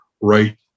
right